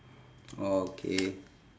okay